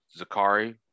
zakari